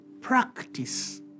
practice